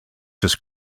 just